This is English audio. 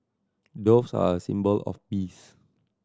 doves are a symbol of peace